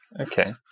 Okay